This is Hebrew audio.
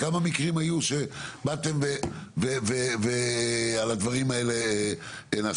כמה מקרים היו שבאתם ועל הדברים האלה נעשו?